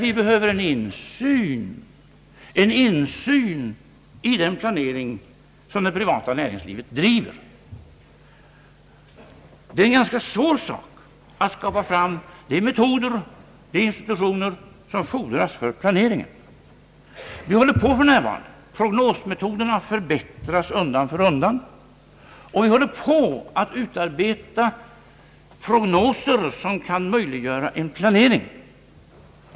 vi behöver också en insyn i den planering som det privata näringslivet driver. Det är en ganska svår sak att skapa de metoder och institutioner som planeringen kräver. Vi håller på att utarbeta prognosmetoder som kan möjliggöra en planering, och de metoderna förbättras undan för undan.